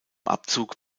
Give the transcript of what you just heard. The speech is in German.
abzug